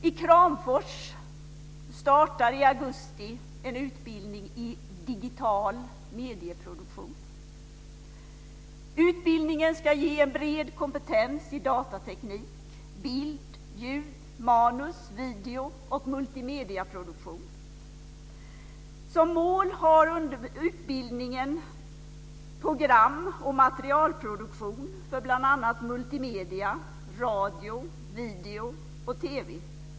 I Kramfors startar i augusti en utbildning i digital medieproduktion. Utbildningen ska ge bred kompetens i datateknik, bild, ljud, manus, video och multimediaproduktion. Som mål har utbildningen program och materialproduktion för bl.a. multimedia, radio, video och TV.